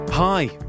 Hi